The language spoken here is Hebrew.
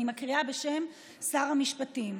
אני מקריאה בשם שר המשפטים.